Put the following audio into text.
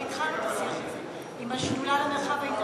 כבר התחלנו בשיח הזה, עם השדולה למרחב האינטרנטי,